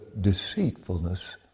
deceitfulness